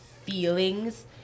feelings